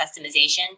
customization